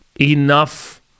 enough